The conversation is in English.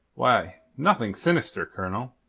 why, nothing sinister, colonel.